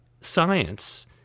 science